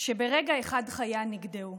שברגע אחד חייה נגדעו.